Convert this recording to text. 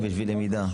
זה דיון בשביל למידה.